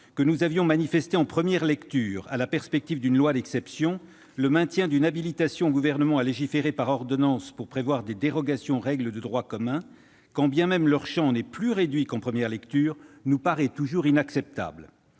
que nous avions manifestée en première lecture à la perspective d'une loi d'exception, le maintien d'une habilitation au Gouvernement à légiférer par ordonnances pour déroger aux règles de droit commun, quand bien même ce serait sur un champ plus réduit qu'en première lecture, nous paraît toujours inacceptable.